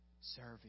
serving